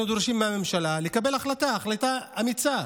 אנחנו דורשים מהממשלה לקבל החלטה, החלטה אמיצה,